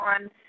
on